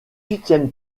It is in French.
huitième